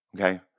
Okay